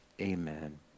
Amen